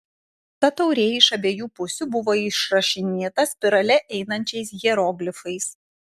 ta taurė iš abiejų pusių buvo išrašinėta spirale einančiais hieroglifais